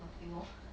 nothing lor